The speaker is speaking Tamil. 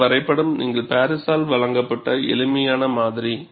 இந்த வரைபடம் நீங்கள் பாரிஸால் வழங்கப்பட்ட எளிமையான மாதிரி